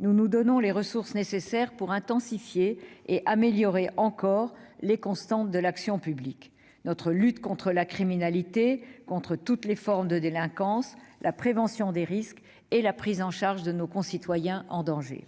nous nous donnons les ressources nécessaires pour intensifier et améliorer encore les constantes de l'action publique : notre lutte contre la criminalité et toutes les formes de délinquances, la prévention des risques et la prise en charge de nos concitoyens en danger.